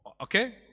Okay